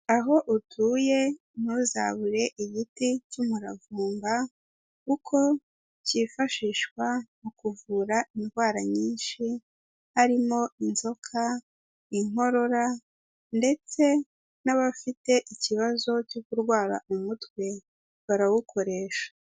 Aho utuye ntuzabure igiti cy'umuravumba, kuko cyifashishwa mu kuvura indwara nyinshi, harimo inzoka, inkorora ndetse n'abafite ikibazo cyo kurwara umutwe barawukoresha.